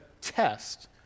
test